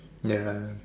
ya